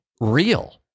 real